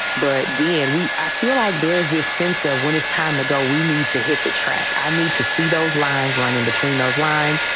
but the and we i feel like there's this sense of when it's time to go, we need to hit the track. i need to see those lines running between those lines,